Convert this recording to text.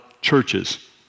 churches